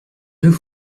deux